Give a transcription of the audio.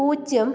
പൂജ്യം